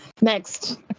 Next